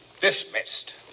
Dismissed